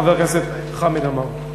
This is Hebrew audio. חבר הכנסת חמד עמאר.